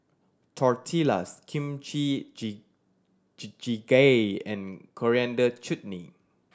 Tortillas Kimchi gee gee Jjigae and Coriander Chutney